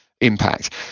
impact